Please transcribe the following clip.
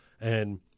and-